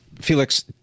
Felix